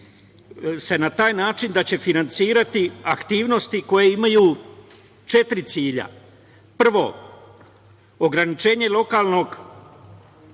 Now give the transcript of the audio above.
na taj način da će finansirati aktivnosti koje imaju četiri cilja. Prvo, ograničenje lokalnog